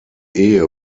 ehe